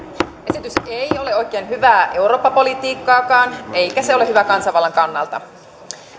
esitys ei ole oikein hyvää eurooppapolitiikkaakaan eikä se ole hyvä kansanvallan kannalta